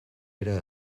era